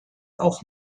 auch